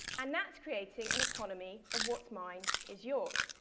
and that's creating an economy of what's mine is yours.